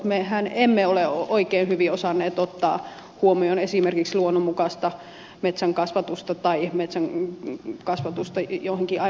mehän emme ole oikein hyvin osanneet ottaa huomioon esimerkiksi luonnonmukaista metsänkasvatusta tai metsänkasvatusta joihinkin aivan muihin tarpeisiin